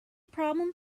problem